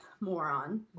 moron